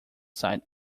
site